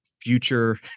future